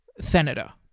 Senator